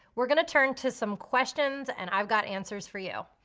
we're gonna turn to some questions and i've got answers for you.